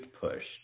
pushed